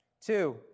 Two